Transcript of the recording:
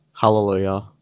Hallelujah